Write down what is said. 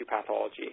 pathology